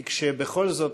כי בכל זאת,